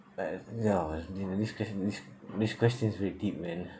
like ya do you know this question this this question is very deep man